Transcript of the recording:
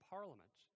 Parliament